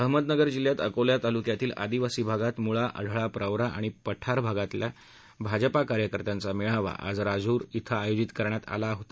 अहमदनगर जिल्ह्यात अकोले तालुक्यातील आदिवासी भागातील मुळा आढळा प्रवरा आणि पठार भागातील भाजपा कार्यकर्त्यांचा मेळावा आज राजूर धिं काल आयोजित करण्यात आला होता